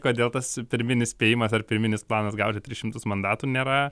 kodėl tas pirminis spėjimas ar pirminis planas gauti tris šimtus mandatų nėra